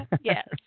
Yes